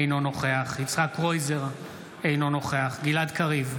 אינו נוכח יצחק קרויזר, אינו נוכח גלעד קריב,